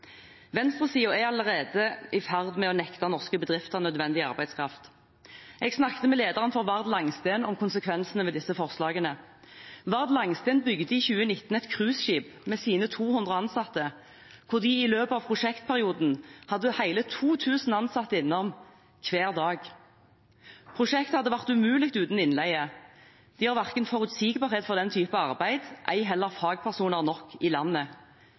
er allerede i ferd med å nekte norske bedrifter nødvendig arbeidskraft. Jeg snakket med lederen for Vard Langsten om konsekvensene av disse forslagene. Vard Langsten bygget i 2019 et cruiseskip, med sine 200 ansatte, og hadde i løpet av prosjektperioden hele 2 000 ansatte innom hver dag. Prosjektet hadde vært umulig uten innleie. De har ikke forutsigbarhet for den type arbeid, ei heller fagpersoner nok i landet.